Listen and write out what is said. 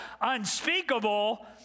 unspeakable